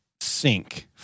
sink